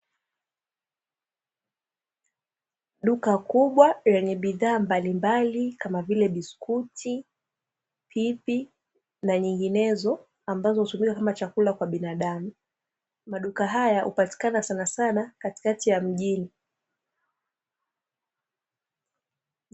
Duka kubwa lenye bidhaa mbalimbali kama vile biskuti, pipi, na nyinginezo ambazo hutumika kama chakula kwa binadamu. Maduka haya hupatikana sanasana katikati ya mjini.